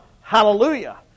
hallelujah